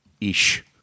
Ish